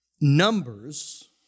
numbers